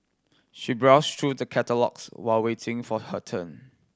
she browsed through the catalogues while waiting for her turn